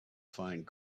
find